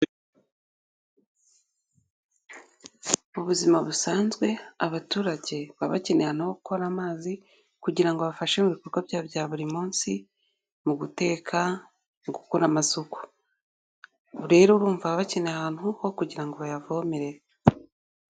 Ubuzima busanzwe abaturage baba bakeneye ahantu ho gukura amazi, kugira ngo abafashe mu bikorwa byabo bya buri munsi, mu guteka, gukora amasuku, rero urumva babakeneye ahantu ho kugira ngo bayavomerere.